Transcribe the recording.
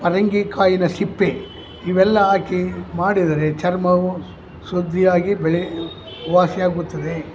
ಪರಂಗಿಕಾಯಿನ ಸಿಪ್ಪೆ ಇವೆಲ್ಲ ಹಾಕಿ ಮಾಡಿದರೆ ಚರ್ಮವು ಶುದ್ಧಿಯಾಗಿ ಬೆಳೆ ವಾಸಿಯಾಗುತ್ತದೆ